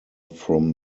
from